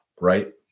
Right